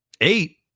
Eight